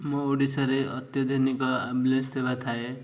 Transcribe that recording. ମୋ ଓଡ଼ିଶାରେ ଅତ୍ୟାଧୁନିକ ଆମ୍ବୁଲାନ୍ସ ସେବା ଥାଏ